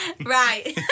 right